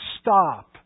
stop